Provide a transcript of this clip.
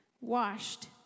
washed